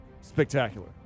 spectacular